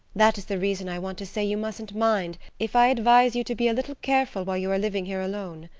that is the reason i want to say you mustn't mind if i advise you to be a little careful while you are living here alone.